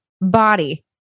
body